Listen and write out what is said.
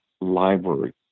Library